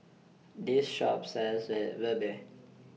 This Shop sells Red Ruby